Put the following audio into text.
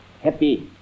happy